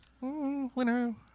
Winner